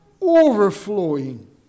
overflowing